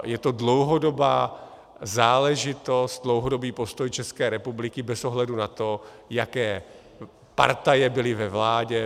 Je to dlouhodobá záležitost, dlouhodobý postoj České republiky bez ohledu na to, jaké partaje byly ve vládě.